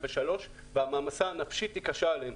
ושלוש והמעמסה הנפשית היא קשה עליהם,